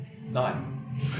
Nine